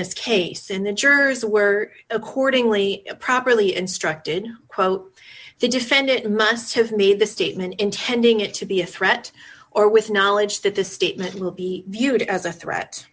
this case in the jurors were accordingly properly instructed quote the defendant must have made the statement intending it to be a threat or with knowledge that the statement will be viewed as a threat